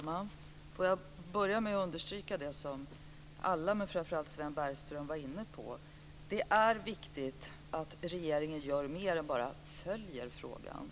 Fru talman! Jag vill börja med att understryka det som alla, men framför allt Sven Bergström, var inne på, att det är viktigt att regeringen gör mer än att bara följa frågan.